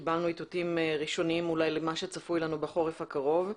אולי קיבלנו איתותים ראשוניים למה שצפוי לנו בחורף הקרוב.